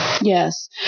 Yes